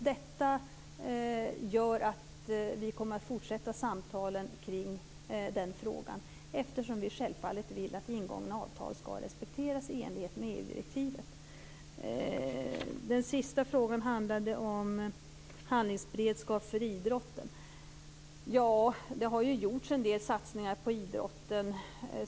Detta gör att vi kommer att fortsätta samtalen kring den frågan. Vi vill självfallet att ingångna avtal skall respekteras i enlighet med EU-direktivet. Den sista frågan handlade om handlingsberedskap för idrotten. Det har gjorts en del satsningar på idrotten.